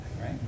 right